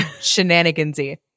shenanigans-y